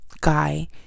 guy